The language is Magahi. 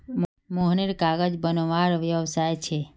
मोहनेर कागज बनवार व्यवसाय छे